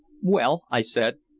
well, i said,